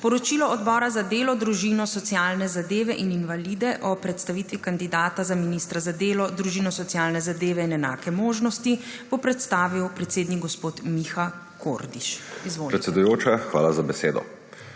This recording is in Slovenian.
Poročilo Odbora za delo, družino, socialne zadeve in invalide o predstavitvi kandidata za ministra za delo, družino, socialne zadeve in enake možnosti bo predstavil predsednik gospod Miha Kordiš. Izvolite.